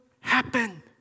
happen